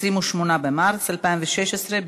28 במרס 2016,